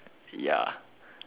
ya